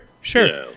sure